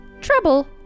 Trouble